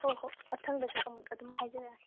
ꯍꯣ ꯍꯣ ꯃꯊꯪꯗꯁꯨ ꯑꯃꯨꯛ ꯑꯗꯨꯝ ꯍꯥꯏꯖꯔꯛꯂꯒꯦ